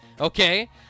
okay